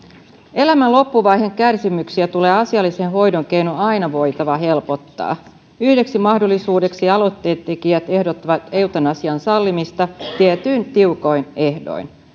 elämän loppuvaiheen kärsimyksiä tulee asiallisen hoidon keinoin aina voida helpottaa yhdeksi mahdollisuudeksi aloitteen tekijät ehdottavat eutanasian sallimista tietyin tiukoin ehdoin